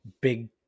big